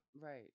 Right